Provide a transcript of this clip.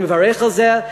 אני מברך על זה,